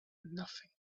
nothing